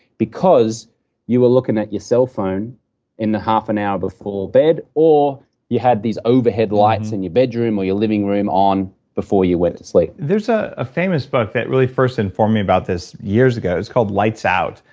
because you were looking at your cell phone in the half an hour before bed, or you had these overhead lights in your bedroom or your living room on before you went to sleep there's a ah famous book that really first informed me about this years ago, it was called lights out.